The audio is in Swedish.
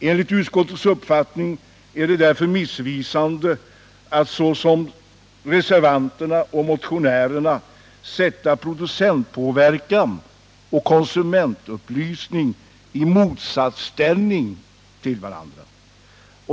Enligt utskottets uppfattning är det därför missvisande att, såsom reservanterna och motionärerna, sätta producentpåverkan och konsumentupplysning i motsatsställning till varandra.